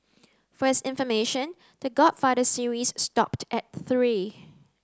for his information The Godfather series stopped at three